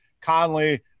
Conley